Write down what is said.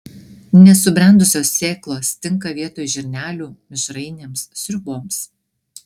nesubrendusios sėklos tinka vietoj žirnelių mišrainėms sriuboms